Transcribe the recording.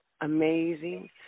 amazing